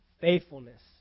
Faithfulness